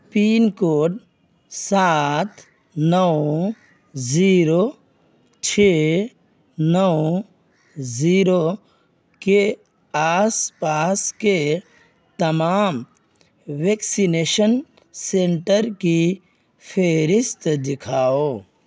pain code سات نو zero چھ نو زیرو کے آس پاس کے تمام ویکسینیشن سنٹر کی فہرست دکھاؤ